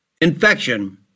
Infection